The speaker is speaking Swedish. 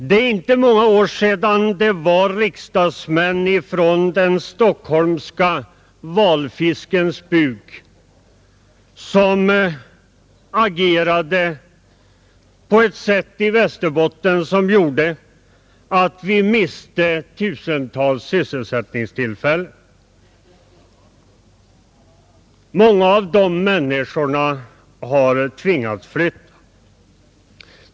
Det är inte många år sedan som riksdagsmän från den stockholmska valfiskens buk agerade i Västerbotten på ett sätt som gjorde att vi miste tusentals sysselsättningstillfällen, Många av de berörda människorna har tvingats flytta.